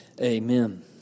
Amen